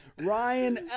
ryan